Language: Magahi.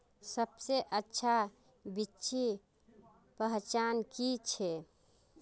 सबसे अच्छा बिच्ची पहचान की छे?